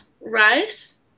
rice